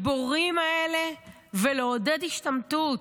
לגיבורים האלה ולעודד השתמטות.